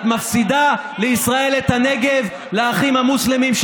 את מפסידה לישראל את הנגב, לאחים המוסלמים.